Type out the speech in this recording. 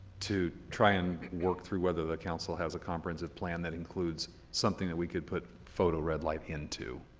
to try and work through whether the council has a comprehensive plan that includes something that we could put photo red light in to.